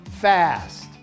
fast